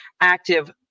active